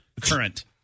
current